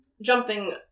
Jumping